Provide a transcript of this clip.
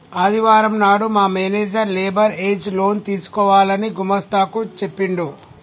ఆదివారం నాడు మా మేనేజర్ లేబర్ ఏజ్ లోన్ తీసుకోవాలని గుమస్తా కు చెప్పిండు